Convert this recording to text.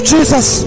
Jesus